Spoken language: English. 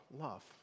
love